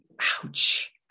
ouch